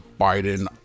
Biden